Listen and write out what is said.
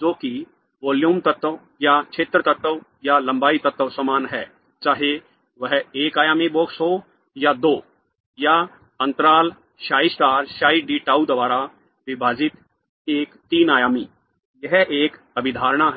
जो कि वॉल्यूम तत्व या क्षेत्र तत्व या लंबाई तत्व समान है चाहे वह एक आयामी बॉक्स हो या दो या अंतराल psi star psi d tau द्वारा विभाजित एक तीन आयामी यह एक अभिधारणा है